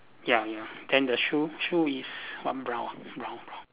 ya ya then the shoe shoe is one brown brown